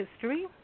history